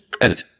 edit